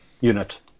unit